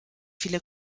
viele